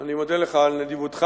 אני מודה לך על נדיבותך.